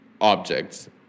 objects